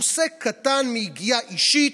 עוסק קטן מיגיעה אישית,